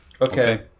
Okay